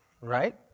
right